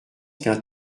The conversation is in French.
qu’un